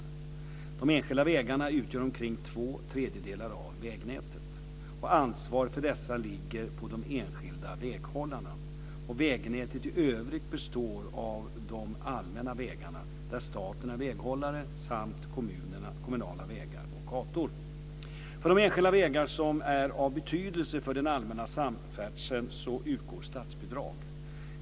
De enskilda vägarna utgör omkring två tredjedelar av vägnätet. Ansvaret för dessa ligger på de enskilda väghållarna. Vägnätet i övrigt består av de allmänna vägarna, där staten är väghållare, samt kommunala vägar och gator. För de enskilda vägar som är av betydelse för den allmänna samfärdseln utgår statsbidrag.